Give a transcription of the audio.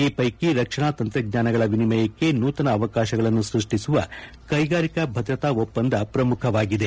ಈ ಪೈಕಿ ರಕ್ಷಣಾ ತಂತ್ರಜ್ಞಾನಗಳ ವಿನಿಮಯಕ್ಕೆ ನೂತನ ಅವಕಾಶಗಳನ್ನು ಸೃಷ್ಟಿಸುವ ಕೈಗಾರಿಕಾ ಭದ್ರತಾ ಒಪ್ಪಂದ ಪ್ರಮುಖವಾಗಿದೆ